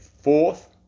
fourth